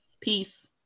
Peace